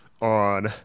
on